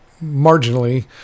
marginally